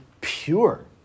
pure